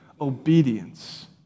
obedience